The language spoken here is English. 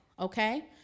Okay